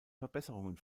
verbesserungen